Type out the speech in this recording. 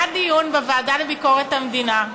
היה דיון בוועדה לביקורת המדינה,